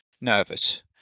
nervous